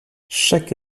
chaque